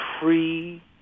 free